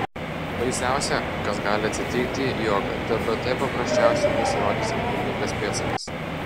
baisiausia kas gali atsitikti jog tbt paprasčiausiai pasirodys apgaulingas pėdsakas